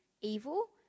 evil